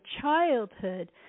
childhood